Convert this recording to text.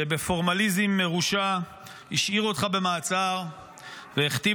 שבפורמליזם מרושע השאיר אותך במעצר והכתים